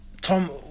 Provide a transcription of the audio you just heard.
Tom